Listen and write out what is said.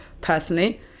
personally